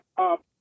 up